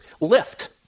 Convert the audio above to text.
lift